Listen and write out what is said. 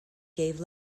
gave